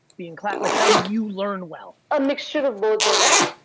being taught, like how do you learn well? a mixture of both generally.